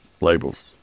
labels